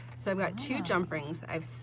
so, i've got two jump rings i've